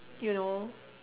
you know